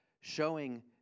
showing